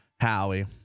Howie